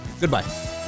Goodbye